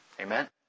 Amen